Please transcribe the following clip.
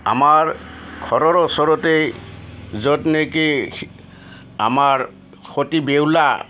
আমাৰ ঘৰৰ ওচৰতেই য'ত নেকি আমাৰ সতী বেউলা